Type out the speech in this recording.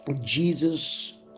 Jesus